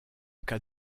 cas